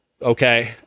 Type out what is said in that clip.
okay